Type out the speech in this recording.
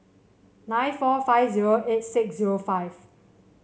nine four five zero eight six zerofive